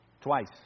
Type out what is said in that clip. Twice